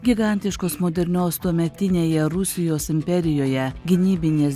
gigantiškos modernios tuometinėje rusijos imperijoje gynybinės